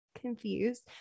confused